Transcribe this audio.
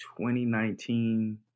2019